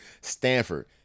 Stanford